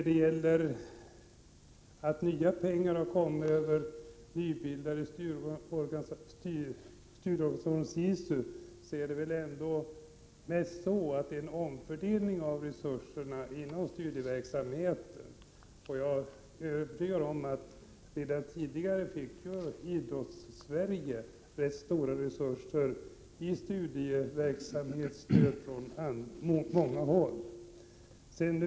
Beträffande att nya pengar har kommit via den nybildade studieorganisationen SISU vill jag säga att det väl mest handlar om en omfördelning av resurserna inom studieverksamheten. Jag är övertygad om att Idrottssverige redan tidigare fick rätt stora resurser i form av studieverksamhetsstöd från många håll.